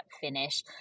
finish